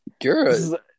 Good